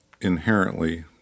inherently